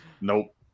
Nope